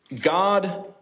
God